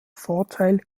vorteil